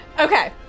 Okay